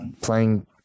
playing